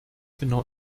genau